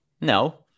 No